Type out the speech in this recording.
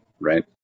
right